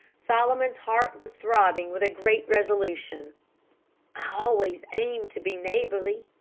solomon's heart was throbbing with a great resolution. i always aim to be neighborly,